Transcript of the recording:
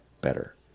better